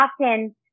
often